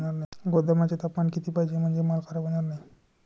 गोदामाचे तापमान किती पाहिजे? म्हणजे माल खराब होणार नाही?